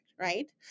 Right